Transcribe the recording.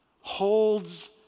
holds